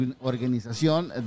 organización